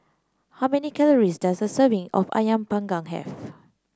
how many calories does a serving of ayam panggang have